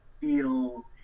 feel